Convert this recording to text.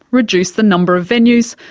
reduce the number of venues,